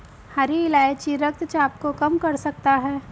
हरी इलायची रक्तचाप को कम कर सकता है